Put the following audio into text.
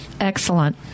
Excellent